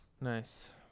Nice